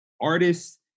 artists